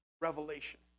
revelation